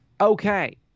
okay